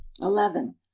eleven